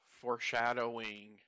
foreshadowing